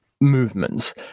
movements